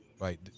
right